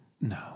No